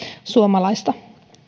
suomalaista